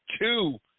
two